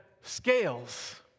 scales